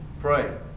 Pray